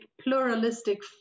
pluralistic